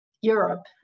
Europe